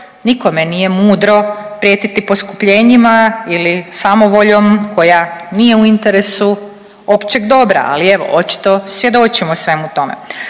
nikome nije mudro prijetiti poskupljenjima ili samovoljom koja nije u interesu općeg dobra, ali evo očito svjedočimo svemu tome.